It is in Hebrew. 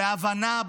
בהבנה,